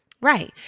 Right